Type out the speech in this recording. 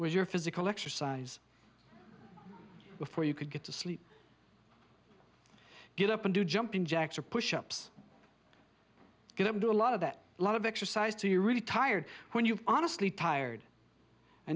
with your physical exercise before you could get to sleep get up and do jumping jacks or push ups going to do a lot of that a lot of exercise do you really tired when you honestly tired